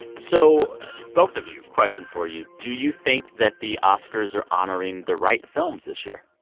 so both of you question for you do you think that the oscars are honoring the right films this year?